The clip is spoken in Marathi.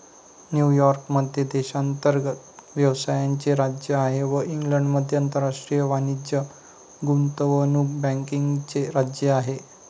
न्यूयॉर्क मध्ये देशांतर्गत व्यवसायाचे राज्य आहे व लंडनमध्ये आंतरराष्ट्रीय वाणिज्य गुंतवणूक बँकिंगचे राज्य आहे